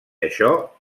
això